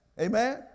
Amen